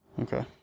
Okay